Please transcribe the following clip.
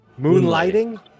Moonlighting